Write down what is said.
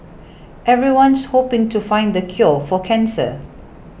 everyone's hoping to find the cure for cancer